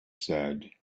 said